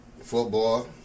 football